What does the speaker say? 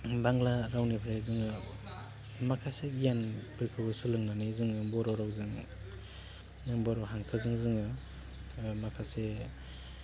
बांग्ला रावनिफ्राय जोङो माखासे गियानफोरखौ सोलोंनानै जोङो बर' रावजों बर' हांखोजों जोङो माखासे